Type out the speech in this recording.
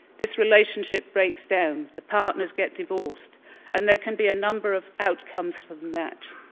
this relationship breaks down, the partners get divorced and there can be a number of outcomes from that.